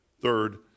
Third